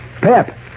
Pep